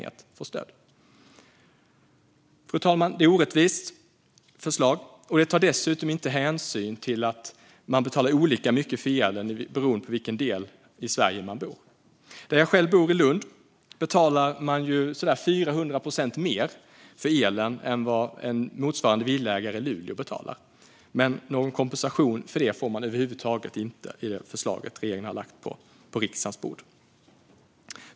Det här är ett orättvist förslag. Det tar dessutom inte hänsyn till att man betalar olika mycket för elen beroende på i vilken del av Sverige man bor. Där jag själv bor, i Lund, betalar man ungefär 400 procent mer för elen än vad en motsvarande villaägare i Luleå gör. Men man får över huvud taget inte någon kompensation för det genom det förslag som regeringen har lagt på riksdagens bord.